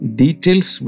details